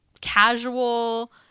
casual